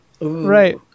Right